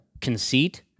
conceit